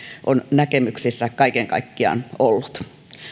on näkemyksissä kaiken kaikkiaan ollut